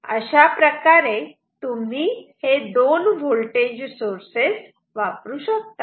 तेव्हा अशा प्रकारे तुम्ही हे दोन व्होल्टेज सोर्सेस वापरू शकतात